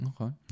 Okay